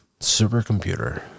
supercomputer